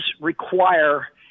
require